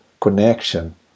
connection